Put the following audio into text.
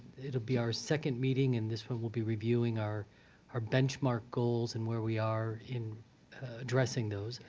it will be our second meeting. and this one will be reviewing our our benchmark goals and where we are in addressing those.